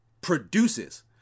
produces